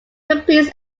competes